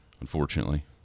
Unfortunately